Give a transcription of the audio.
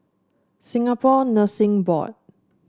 Singapore Nursing Board